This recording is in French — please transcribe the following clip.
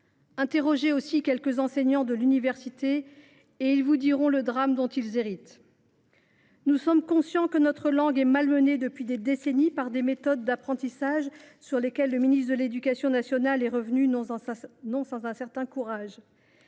Interrogez aussi quelques enseignants à l’université et ils vous diront de quelle situation dramatique ils héritent. Nous sommes conscients que notre langue est malmenée depuis des décennies par des méthodes d’apprentissage sur lesquelles le ministre de l’éducation nationale est revenu, non sans un certain courage.